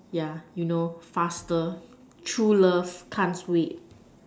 yeah you know faster true love can't wait